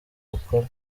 bukora